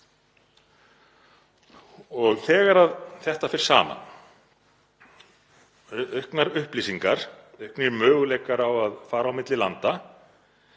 Þegar þetta fer saman, auknar upplýsingar, auknir möguleikar á að fara á milli landa,